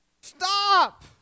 Stop